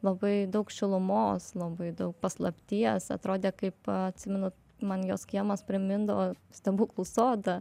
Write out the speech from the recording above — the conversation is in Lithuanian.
labai daug šilumos labai daug paslapties atrodė kaip atsimenu man jos kiemas primindavo stebuklų sodą